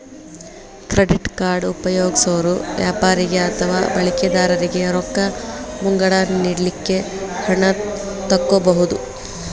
credit card ಉಪಯೊಗ್ಸೊರು ವ್ಯಾಪಾರಿಗೆ ಅಥವಾ ಬಳಕಿದಾರನಿಗೆ ರೊಕ್ಕ ಮುಂಗಡ ನೇಡಲಿಕ್ಕೆ ಹಣ ತಕ್ಕೊಬಹುದು